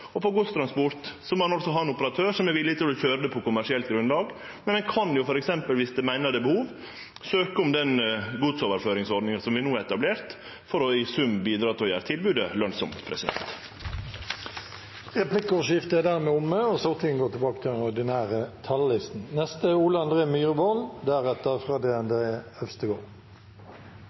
og det dempar klimagassutsleppa – ting som representanten Nævra normalt er for. På godstransport må ein ha ein operatør som er villig til å køyre på kommersielt grunnlag. Men ein kan jo f.eks., dersom ein meiner det er behov, søkje om den godsoverføringsordninga som vi no har etablert, for i sum å bidra til å gjere tilbodet lønsamt. Replikkordskiftet er dermed omme.